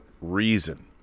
reason